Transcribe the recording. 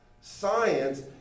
Science